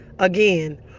Again